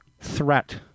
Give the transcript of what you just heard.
threat